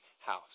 house